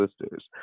sisters